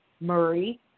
Murray